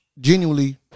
genuinely